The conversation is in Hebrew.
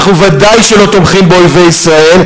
אנחנו ודאי שלא תומכים באויבי ישראל,